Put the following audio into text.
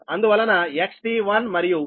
అందువలన XT1 మరియు XT2 0